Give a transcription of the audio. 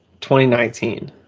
2019